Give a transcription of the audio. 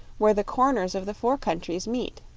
where the corners of the four countries meet.